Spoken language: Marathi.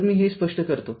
तरमी हे स्पष्ट करतो